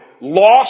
lost